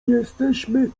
jesteśmy